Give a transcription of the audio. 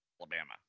Alabama